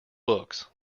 books